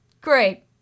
Great